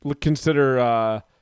consider